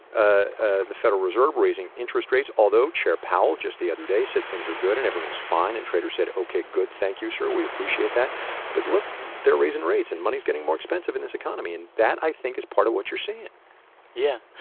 ah the federal reserve raising interest rates, although chair powell, just the other day, said things are good and everything's fine. and traders said, ok, good. thank you, sir. we appreciate that but, look they're raising rates, and money's getting more expensive in this economy. and that, i think, is part of what you're seeing yeah.